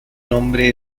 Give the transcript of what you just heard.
nombre